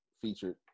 featured